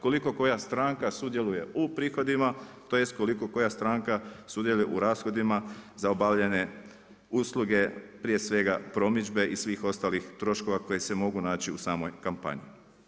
Koliko koja stranka sudjeluje u prihodima tj. koliko koja stranka sudjeluje u rashodima za obavljanje usluge prije svega promidžbe i svih ostalih troškova koji se mogu naći u samoj kampanji.